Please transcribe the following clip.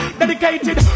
dedicated